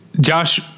Josh